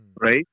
right